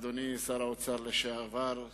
אדוני שר האוצר לשעבר,